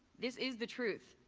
this is the truth.